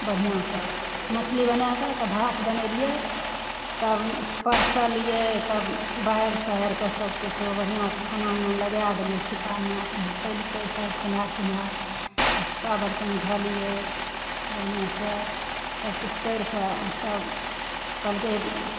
बढ़िआँसँ मछली बनाकऽ तब भात बनेलियै तब परसलियै तब बहारि सोहारिकऽ सब किछु बढ़िआँसँ खाना उना लगा देलियै छिप्पामे अपन खएलकै सब खेनाइ पीनाइ तऽ छिप्पा बर्तन धोलियै बढ़िआँसँ सब कुछ करि कऽ आ तब कहलकै